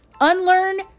Unlearn